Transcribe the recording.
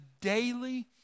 daily